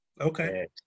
Okay